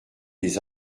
des